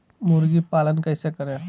मुर्गी पालन कैसे करें?